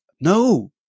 No